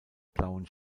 blauen